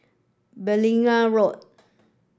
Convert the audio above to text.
Beaulieu Road